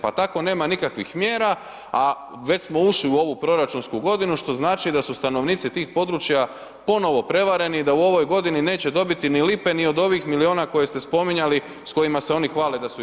Pa tako nema nikakvih mjera, a već smo ušli u ovu proračunsku godinu, što znači da su stanovnici tih područja ponovno prevareni, da u ovoj godini neće dobiti ni lipe ni od ovih milijuna koje ste spominjali, s kojima se oni hvale da su ih osvojili.